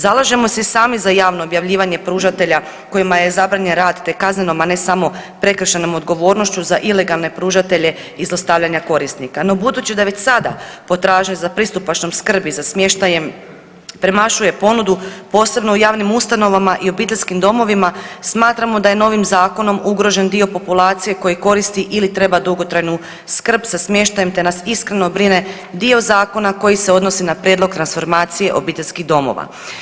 Zalažemo se i sami za javno objavljivanje pružatelja kojima je zabranjen rad te kaznenom, a ne samo prekršajnom odgovornošću za ilegalne pružatelje i zlostavljanja korisnika, no budući da je već sada potražnja za pristupačnom skrbi za smještajem premašuje ponudu, posebno u javnim ustanovama i obiteljskim domovima, smatramo da je novim zakonom ugrožen dio populacije koji koristi ili treba dugotrajnu skrb sa smještajem te nas iskreno brine dio zakona koji se odnose na prijedlog transformacije obiteljskih domova.